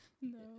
No